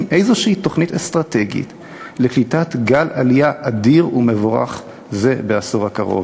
איזו תוכנית אסטרטגית לקליטת גל עלייה אדיר ומבורך זה בעשור הקרוב?